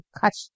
catch